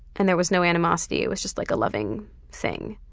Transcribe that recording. and there was no animosity. it was just like a loving thing.